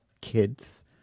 kids